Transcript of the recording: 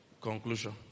conclusion